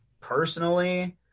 Personally